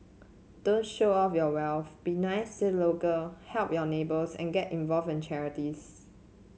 don't show off your wealth be nice to local help your neighbours and get involve in charities